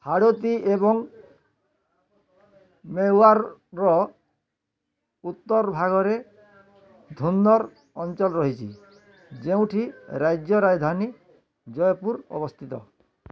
ହାଡ଼ୋତି ଏବଂ ମେୱାରର ଉତ୍ତର ଭାଗରେ ଧୂନ୍ଦର ଅଞ୍ଚଳ ରହିଚି ଯେଉଁଠି ରାଜ୍ୟ ରାଜଧାନୀ ଜୟପୁର ଅବସ୍ତିତ